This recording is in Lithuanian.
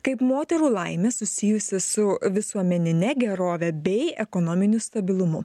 kaip moterų laimė susijusi su visuomenine gerove bei ekonominiu stabilumu